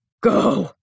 go